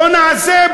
בוא נעשה,